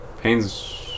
pain's